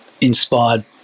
inspired